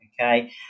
okay